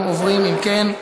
אנחנו עוברים, אם כן,